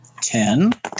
ten